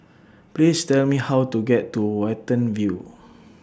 Please Tell Me How to get to Watten View